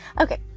Okay